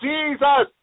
Jesus